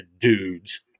dudes